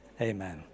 Amen